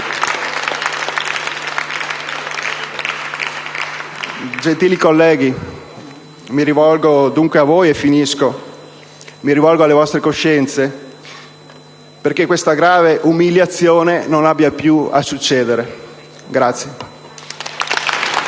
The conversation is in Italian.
Gentili colleghi, mi rivolgo dunque a voi e alle vostre coscienze perché questa grave umiliazione non abbia più a succedere.